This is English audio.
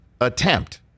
attempt